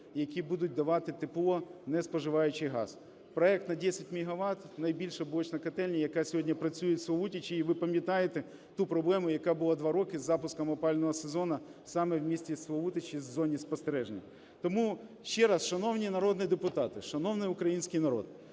які будуть давати тепло, не споживаючи газ. Проект на 10 мегават - найбільша блочна котельня, яка сьогодні працює в Славутичі, і ви пам'ятаєте ту проблему, яка була 2 роки з запуском опалювального сезону саме в місті Славутичі, в зоні спостереження. Тому ще раз, шановні народні депутати, шановний український народ,